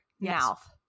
mouth